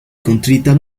contrita